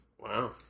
Wow